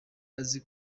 azi